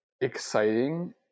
exciting